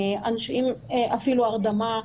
אפילו עם הרדמה,